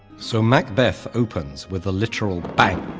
so macbeth opens with a literal bang.